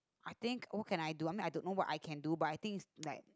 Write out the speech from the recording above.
I think what can I do I mean I don't know what I can do but I think is like